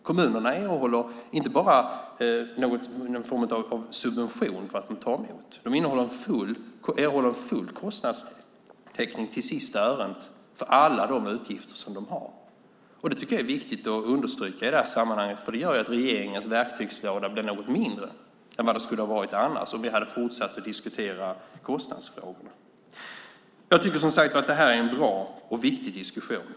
Kommunerna erhåller inte bara någon form av subvention för att de tagit emot barn, de erhåller full kostnadstäckning till sista öret för alla de utgifter som de har. Det tycker jag är viktigt att understryka i det här sammanhanget. Det gör att regeringens verktygslåda blir något mindre än den skulle ha varit annars, om vi hade fortsatt att diskutera kostnadsfrågor. Jag tycker som sagt var att det här är en bra och viktig diskussion.